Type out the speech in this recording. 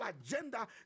agenda